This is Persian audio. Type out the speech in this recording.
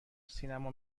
سینما